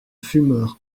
fumeur